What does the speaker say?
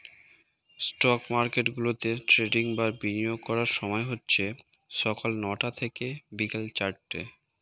stock মার্কেটগুলোতে trading বা বিনিয়োগ করার সময় হচ্ছে সকাল নয়টা থেকে বিকেল চারটে